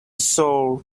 soul